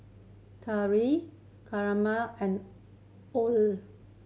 Terrell Carmel and